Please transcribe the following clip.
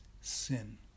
sin